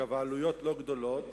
אגב, העלויות לא גדולות,